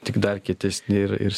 tik dar kietesni ir ir